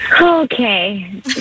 Okay